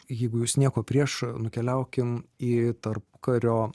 jeigu jūs nieko prieš nukeliaukim į tarpukario